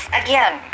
again